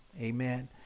amen